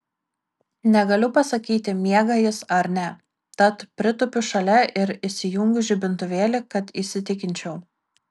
negaliu pasakyti miega jis ar ne tad pritūpiu šalia ir įsijungiu žibintuvėlį kad įsitikinčiau